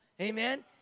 Amen